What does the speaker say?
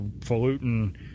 falutin